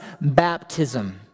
baptism